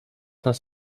nas